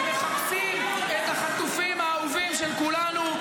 ומחפשים את החטופים האהובים של כולנו.